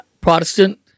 Protestant